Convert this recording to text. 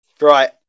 Right